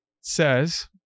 says